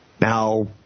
Now